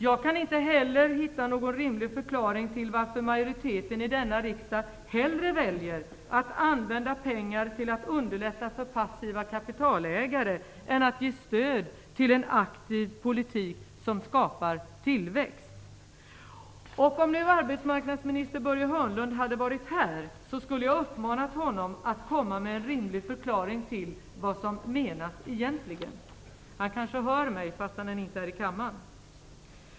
Jag kan heller inte hitta någon rimlig förklaring till att majoriteten i denna riksdag hellre väljer att använda pengar till att underlätta för passiva kapitalägare än att ge stöd till en aktiv politik som skapar tillväxt. Om arbetsmarknadsminister Börje Hörnlund hade varit här skulle jag ha uppmanat honom att komma med en rimlig förklaring till vad som egentligen menas. Men han kanske hör mig, fastän han inte är här i kammaren.